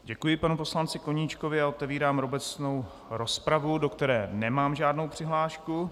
Děkuji panu poslanci Koníčkovi a otevírám obecnou rozpravu, do které nemám žádnou přihlášku.